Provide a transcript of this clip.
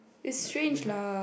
like they have